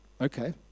Okay